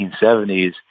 1970s